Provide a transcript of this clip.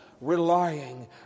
relying